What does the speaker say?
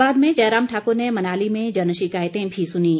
बाद में जयराम ठाक्र ने मनाली में जन शिकायतें भी सुनीं